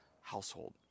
household